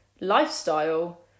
lifestyle